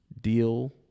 Deal